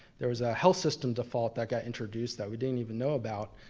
there was a health system default that got introduced that we didn't even know about,